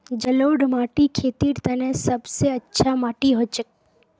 जलौढ़ माटी खेतीर तने सब स अच्छा माटी हछेक